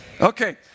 Okay